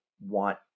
want